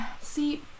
see